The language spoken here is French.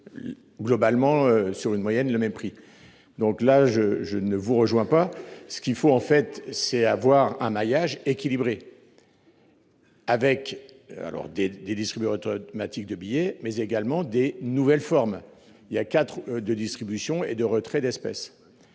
Globalement, sur une moyenne le mépris. Donc là je, je ne vous rejoins pas ce qu'il faut en fait, c'est avoir un maillage équilibré. Avec alors des des distribuera automatique de billets, mais également des nouvelles formes. Il y a 4 de distribution et de retraits d'espèces.